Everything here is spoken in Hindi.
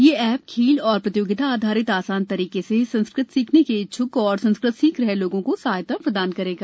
ये खेल और प्रतियोगिता आधारित आसान तरीके से संस्कृत सीखने के इच्छुक और संस्कृत सीख रहे लोगों को सहायता प्रदान करेगा